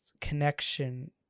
connection